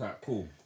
Cool